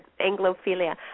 anglophilia